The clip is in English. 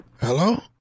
Hello